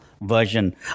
version